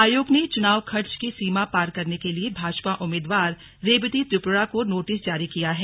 आयोग ने चुनाव खर्च की सीमा पार करने के लिए भाजपा उम्मीदवार रेबती त्रिपुरा को नोटिस जारी किया है